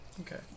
Okay